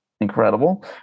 incredible